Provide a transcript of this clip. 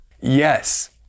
Yes